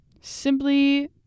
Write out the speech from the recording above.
simply